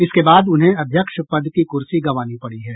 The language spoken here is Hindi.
इसके बाद उन्हें अध्यक्ष पद की कुर्सी गंवानी पड़ी है